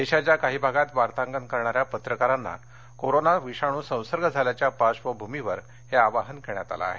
देशाच्या काही भागात वार्ताकन करणाऱ्या पत्रकारांना कोरोना विषाणू संसर्ग झाल्याच्या पार्श्वभूमीवर हे आवाहन करण्यात आलं आहे